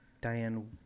Diane